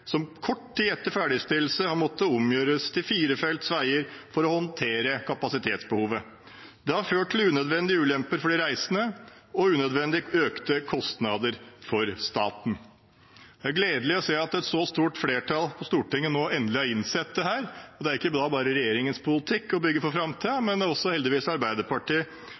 som kort tid etter ferdigstillelse har måttet omgjøres til firefelts veier for å håndtere kapasitetsbehovet. Det har ført til unødvendige ulemper for de reisende og unødvendig økte kostnader for staten.» Det er gledelig å se at et så stort flertall på Stortinget nå endelig har innsett dette. Det er ikke da bare regjeringens politikk å bygge for framtiden, men heldigvis også